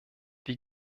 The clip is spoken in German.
wir